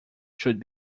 should